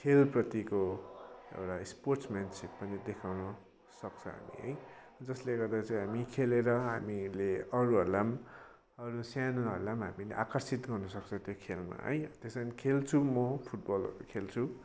खेलप्रतिको एउटा स्पोर्ट्सम्यानसिप पनि देखाउनुसक्छ है जसले गर्दा चाहिँ हामी खेलेर हामीले अरूहरूलाई पनि अरू सानोहरूलाई पनि हामीले आकर्षित गर्नुसक्छ त्यो खेलमा है त्यसरी नै खेल्छु म फुटबलहरू खेल्छु